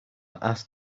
asked